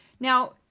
Now